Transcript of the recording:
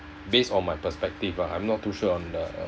based on my perspective ah I'm not too sure on the